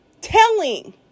telling